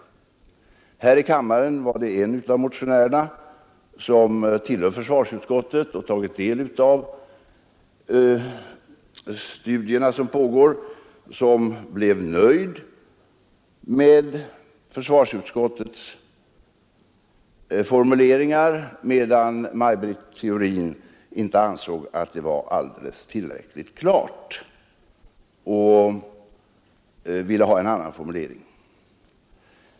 Här i kammaren var det en av motionärerna som tillhör försvarsutskottet och som hade tagit del av de studier som pågår — som blev nöjd med försvarsutskottets formuleringar, medan Maj Britt Theorin inte ansåg dem tillräckligt klara utan ville ha en annan formulering.